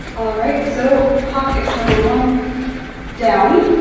right, so pocket number one down.